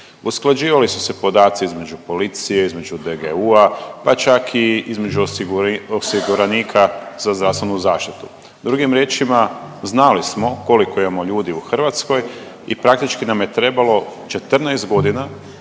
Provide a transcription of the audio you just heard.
usklađivali su se podaci između policije, između DGU-a, pa čak i između osiguranika za zdravstvenu zaštitu. Drugim riječima znali smo koliko imamo ljudi u Hrvatskoj i praktički nam je trebalo 14.g. da